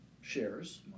shares